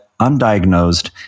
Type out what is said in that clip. undiagnosed